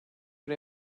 bir